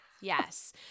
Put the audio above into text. yes